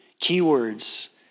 keywords